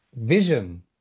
vision